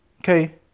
Okay